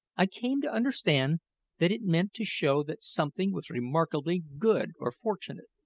i came to understand that it meant to show that something was remarkably good or fortunate.